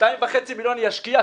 ש-2.5 מיליון ישקיע,